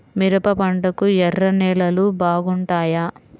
మిరప పంటకు ఎర్ర నేలలు బాగుంటాయా?